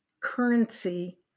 currency